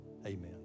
Amen